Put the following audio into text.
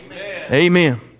Amen